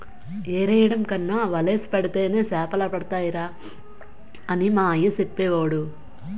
ఎరెయ్యడం కన్నా వలేసి పడితేనే సేపలడతాయిరా అని మా అయ్య సెప్పేవోడు